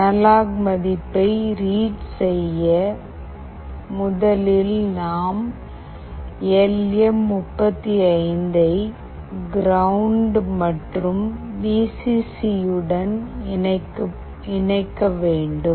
analogue மதிப்பை read செய்ய முதலில் நாம் எல் எம் 35 ஐ கிரவுண்ட் மற்றும் வீ சி சியுடனும் இணைக்க வேண்டும்